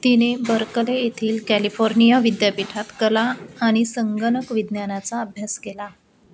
तिने बरकले येथील कॅलिफोर्निया विद्यापीठात कला आणि संगणक विज्ञानाचा अभ्यास केला